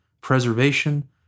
preservation